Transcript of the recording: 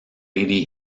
lady